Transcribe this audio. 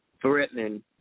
threatening